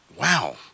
Wow